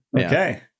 Okay